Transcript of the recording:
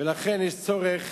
ולכן, יש צורך